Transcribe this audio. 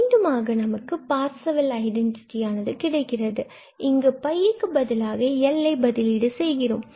மீண்டும் ஆக நமக்கு பார்சவெல் ஐடென்டிட்டியானது கிடைக்கிறது இங்கு இதற்கு பதிலாக L இதனை நாம் பதிலீடு செய்கிறோம்